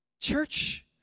Church